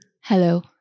Hello